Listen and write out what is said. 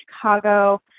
Chicago